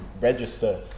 register